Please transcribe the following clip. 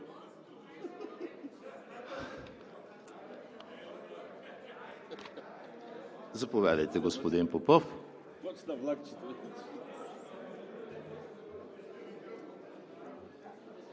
Заповядайте, господин Попов.